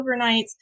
overnights